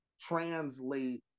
translate